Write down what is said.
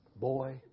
boy